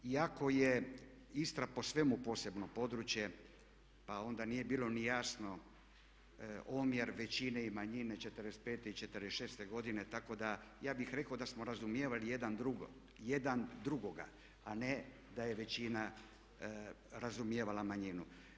Iako je Istra po svemu posebno područje pa onda nije bilo ni jasno omjer većine i manjine '45. i '46. godine tako da ja bih rekao da smo razumijevali jedan drugoga, a ne da je većina razumijevala manjinu.